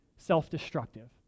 self-destructive